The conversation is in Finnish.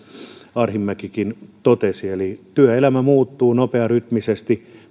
arhinmäkikin totesi eli työelämä muuttuu nopearytmisesti